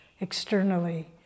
externally